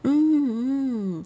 mm mm